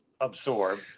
absorb